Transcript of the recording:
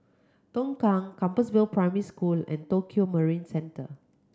Tongkang Compassvale Primary School and Tokio Marine Centre